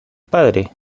padre